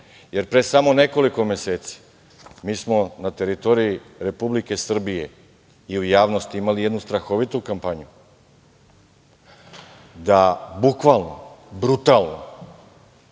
jer pre samo nekoliko meseci mi smo na teritoriji Republike Srbije i u javnosti imali jednu strahovitu kampanju, da bukvalno brutalno,